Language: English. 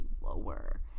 lower